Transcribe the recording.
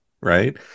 right